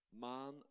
man